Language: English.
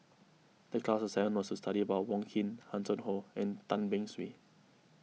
the class assignment was to study about Wong Keen Hanson Ho and Tan Beng Swee